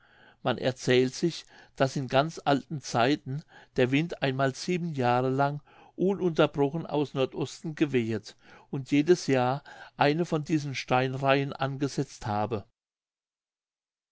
man erzählt sich daß in ganz alten zeiten der wind einmal sieben jahre lang ununterbrochen aus nordosten gewehet und jedes jahr eine von diesen steinreihen angesetzt habe